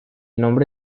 nombre